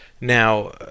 Now